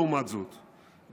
לעומת זאת,